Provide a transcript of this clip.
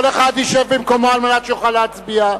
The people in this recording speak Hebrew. כל אחד ישב במקומו על מנת שיוכל להצביע.